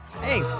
Hey